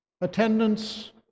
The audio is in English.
Attendance